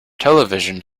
television